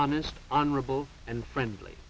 honest honorable and friendly